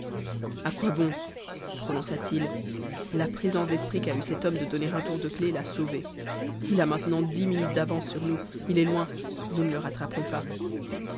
à quoi bon prononça-t-il la présence d'esprit qu'a eue cet homme de donner un tour de clé l'a sauvé il a maintenant dix minutes d'avance sur nous il est loin nous ne le rattraperons pas